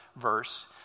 verse